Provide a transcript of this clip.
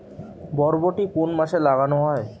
বরবটি কোন মাসে লাগানো হয়?